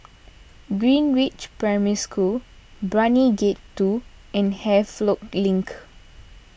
Greenridge Primary School Brani Gate two and Havelock Link